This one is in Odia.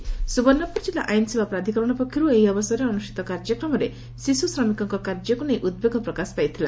ସ୍ବର୍ଶ୍ଣପୁର କିଲ୍ଲା ଆଇନସେବା ପ୍ରାଧିକରଣ ପକ୍ଷର୍ ଏହି ଅବସରରେ ଅନୁଷ୍ଠିତ କାର୍ଯ୍ୟକ୍ରମରେ ଶିଶୁ ଶ୍ରମିକଙ୍କ କାର୍ଯ୍ୟକୁ ନେଇ ଉଦ୍ବେଗ ପ୍ରକାଶ ପାଇଥିଲା